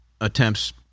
attempts